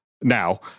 now